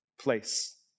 place